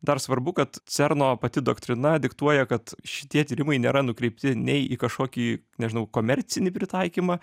dar svarbu kad cerno pati doktrina diktuoja kad šitie tyrimai nėra nukreipti nei į kažkokį nežinau komercinį pritaikymą